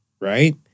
Right